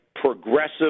progressive